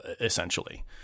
essentially